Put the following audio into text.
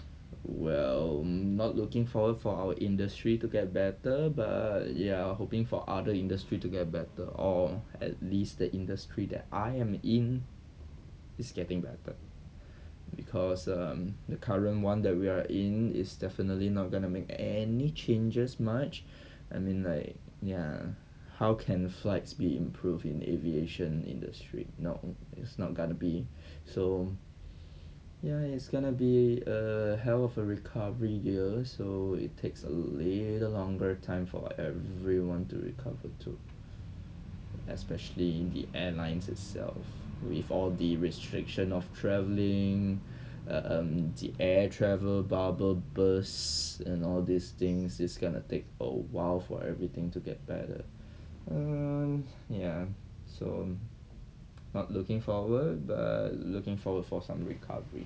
well not looking forward for our industry to get better but ya hoping for other industry to get better or at least the industry that I am in it's getting better because um the current one that we are in is definitely not gonna make any changes much I mean like ya how can flights be improved in aviation industry now it's not gonna be so ya it's gonna be a hell of a recovery years so it takes a little longer time for everyone to recover especially in the airlines itself with all the restriction of traveling um in the air travel bubble burst and all these things it's gonna take a while for everything to get better um ya so not looking forward but looking forward for some recovery